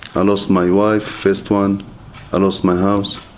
i lost my wife first one i lost my house,